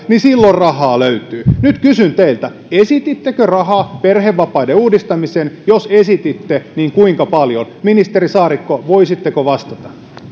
niin silloin rahaa löytyy nyt kysyn teiltä esitittekö rahaa perhevapaiden uudistamiseen ja jos esititte niin kuinka paljon ministeri saarikko voisitteko vastata